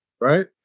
right